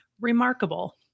remarkable